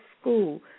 school